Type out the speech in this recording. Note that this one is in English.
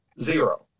zero